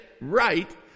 right